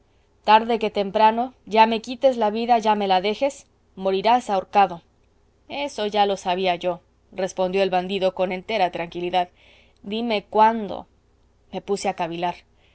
tarde que temprano ya me quites la vida ya me la dejes morirás ahorcado eso ya lo sabía yo respondió el bandido con entera tranquilidad dime cuándo me puse a cavilar